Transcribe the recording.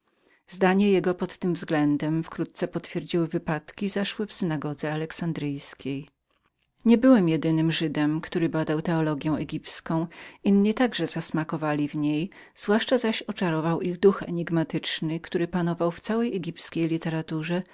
zdanie jego pod tym względem wkrótce potwierdziły wypadki zaszłe w synagodze alexandryjskiej nie byłem jedynym żydem który badał teologię egipską inni także zasmakowali w niej zwłaszcza zaś oczarował ich duch enigmatyczny który panował w całej ich literaturze